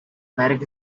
marek